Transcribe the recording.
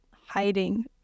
hiding